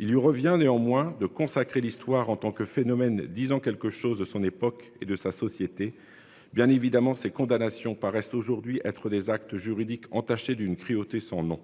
il lui revient néanmoins de consacrer l'histoire en tant que phénomène disant quelque chose de son époque et de sa société bien évidemment ces condamnations paraissent aujourd'hui être des actes juridiques entaché d'une cruauté sans nom.